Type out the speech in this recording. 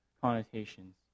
connotations